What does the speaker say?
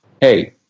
hey